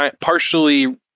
partially